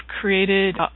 created